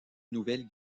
nouvelle